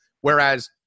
Whereas